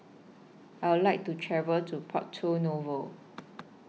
I Would like to travel to Porto Novo